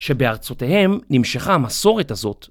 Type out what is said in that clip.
שבארצותיהם נמשכה המסורת הזאת.